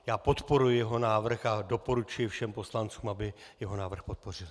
Já podporuji jeho návrh a doporučuji všem poslancům, aby jeho návrh podpořili.